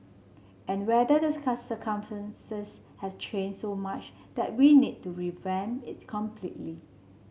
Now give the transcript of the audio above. and whether the have change so much that we need to revamp it's completely